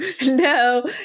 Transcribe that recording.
No